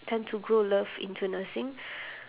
tend to grow love into nursing